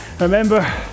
Remember